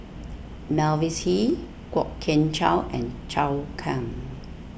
Mavis Hee Kwok Kian Chow and Zhou Can